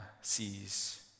sees